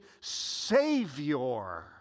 Savior